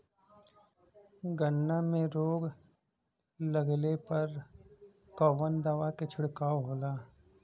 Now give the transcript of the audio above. गन्ना में रोग लगले पर कवन दवा के छिड़काव होला?